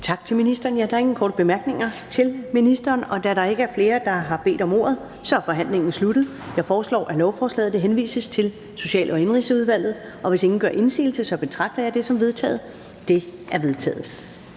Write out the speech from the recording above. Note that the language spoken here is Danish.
Tak til ministeren. Der er ingen korte bemærkninger til ministeren. Da der ikke er flere, der har bedt om ordet, er forhandlingen sluttet. Jeg foreslår, at lovforslaget henvises til Social- og Indenrigsudvalget. Hvis ingen gør indsigelse, betragter jeg det som vedtaget. Det er vedtaget.